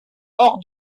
hors